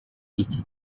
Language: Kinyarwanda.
iki